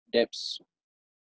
debts